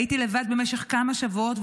הייתי לבד במשך כמה שבועות,